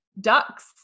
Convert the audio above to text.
ducks